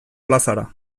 plazara